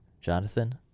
Jonathan